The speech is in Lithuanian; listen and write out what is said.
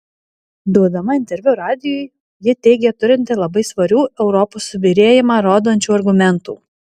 duodama interviu radijui ji teigė turinti labai svarių europos subyrėjimą rodančių argumentų